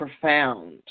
profound